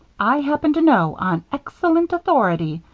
i happen to know, on excellent authority,